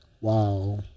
Wow